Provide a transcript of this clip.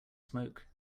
smoke